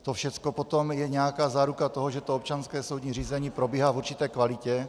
To všechno potom je nějaká záruka toho, že občanské soudní řízení probíhá v určité kvalitě.